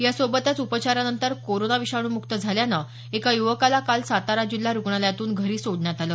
यासोबतच उपचारानंतर कोरोना विषाणूमुक्त झाल्यानं एका युवकाला काल सातारा जिल्हा रुग्णालयातून घरी सोडण्यात आलं